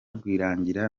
rwirangira